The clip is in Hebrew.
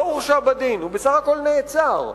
לא הורשע בדין, בסך הכול נעצר,